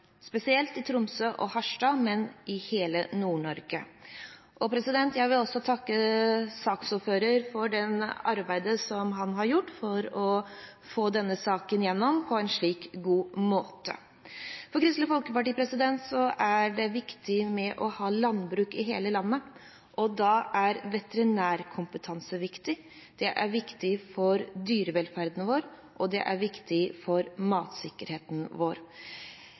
gjort for å få denne saken gjennom på en slik god måte. For Kristelig Folkeparti er det viktig å ha et landbruk i hele landet, og da er veterinærkompetanse viktig. Det er viktig for dyrevelferden vår, og det er viktig for matsikkerheten vår.